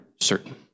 certain